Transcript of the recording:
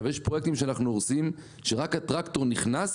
יש פרויקטים שאנחנו הורסים, שרק הטרקטור נכנס,